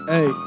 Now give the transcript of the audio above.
Hey